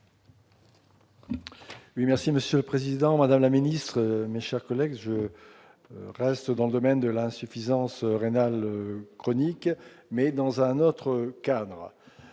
Merci Monsieur le Président, Madame la ministre mais, chers collègues, je reste dans le domaine de l'insuffisance rénale chronique mais dans un autre cadre